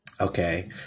Okay